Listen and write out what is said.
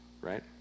right